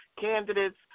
candidates